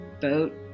boat